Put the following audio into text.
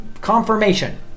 confirmation